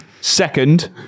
Second